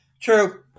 True